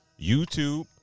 YouTube